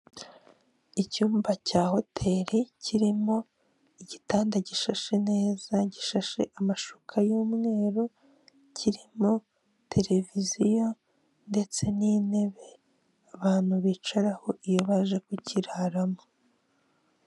Icyumba cya hoteli kirimo igitanda gishashe neza gishashe amashuka y'umweru kirimo televiziyo ndetse n'intebe abantu bicaraho iyo baje kukiraramo.